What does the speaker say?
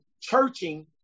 churching